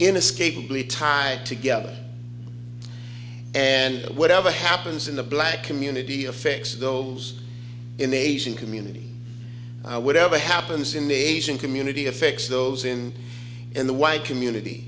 inescapably tied together and that whatever happens in the black community affects those in the asian community i would never happens in the asian community affects those in in the white community